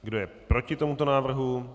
Kdo je proti tomuto návrhu?